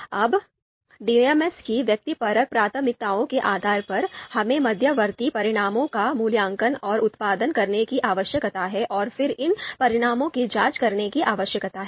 अब DMs की व्यक्तिपरक प्राथमिकताओं के आधार पर हमें मध्यवर्ती परिणामों का मूल्यांकन और उत्पादन करने की आवश्यकता है और फिर इन परिणामों की जांच करने की आवश्यकता है